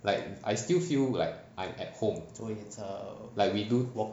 like I still feel like I'm at home like we do